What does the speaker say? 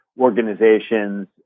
organizations